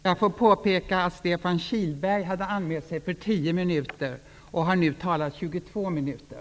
Jag får påpeka att Stefan Kihlberg hade anmält sig för 10 minuter och nu har talat i 22 minuter.